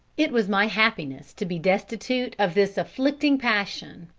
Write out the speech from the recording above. it was my happiness to be destitute of this afflicting passion,